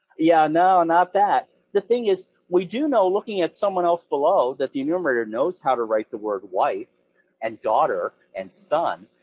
yeah, no, not that, the thing is, we do know, looking at someone else below, that the enumerator knows how to write the word wife and daughter and son.